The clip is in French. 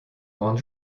grande